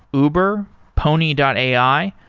uber, pony and ai,